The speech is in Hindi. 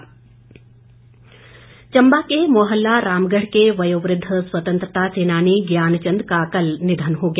शोक व्यक्त चंबा के मोहल्ला रामगढ़ के वयोवृद्ध स्वतंत्रता सैनानी ज्ञान चंद का कल निधन हो गया